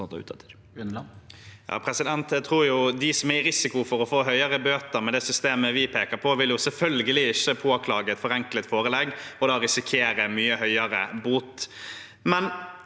Jeg tror de som har risiko for å få høyere bøter med det systemet vi peker på, selvfølgelig ikke vil påklage et forenklet forelegg og da risikere en mye høyere bot. En